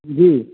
जी